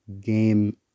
game